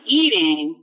eating